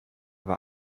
war